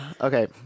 Okay